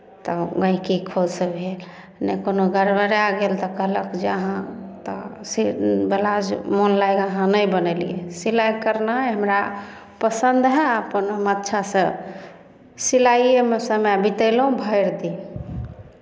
तऽ गहिँकी खुश भेल नहि कोनो गड़बड़ा गेल तऽ कहलक जे अहाँ तऽ से ब्लाउज मोन लायक अहाँ नहि बनेलियै सिलाइ करनाइ हमरा पसन्द हए अपन हम अच्छासँ सिलाइएमे समय बितेलहुँ भरि दिन